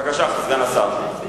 בבקשה, סגן השר.